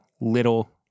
little